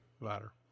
ladder